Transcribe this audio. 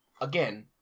again